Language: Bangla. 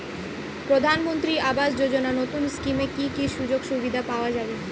প্রধানমন্ত্রী আবাস যোজনা নতুন স্কিমে কি কি সুযোগ সুবিধা পাওয়া যাবে?